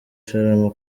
sharama